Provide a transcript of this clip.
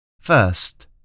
First